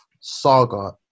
Saga